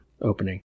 opening